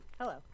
Hello